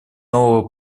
нового